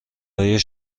های